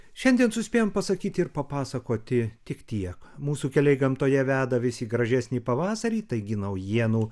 šiandien suspėjom pasakyti ir papasakoti tik tiek mūsų keliai gamtoje veda vis į gražesnį pavasarį taigi naujienų